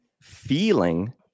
feeling